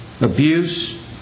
abuse